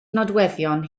nodweddion